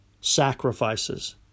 sacrifices